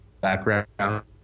background